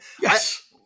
yes